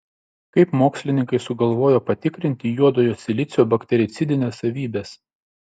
kaip mokslininkai sugalvojo patikrinti juodojo silicio baktericidines savybes